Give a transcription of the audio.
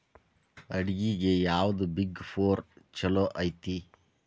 ಆಡಿಟ್ಗೆ ಯಾವ್ದ್ big four ಚಲೊಐತಿ?